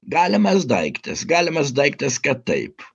galimas daiktas galimas daiktas kad taip